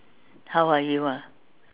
how are you ah